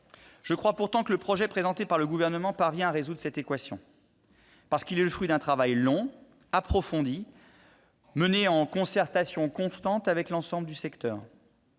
Je crois pourtant que le projet présenté par le Gouvernement parvient à résoudre cette équation, parce qu'il est le fruit d'un travail long, approfondi et mené en concertation constante avec l'ensemble du secteur.